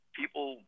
people